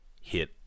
hit